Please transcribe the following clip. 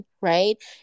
right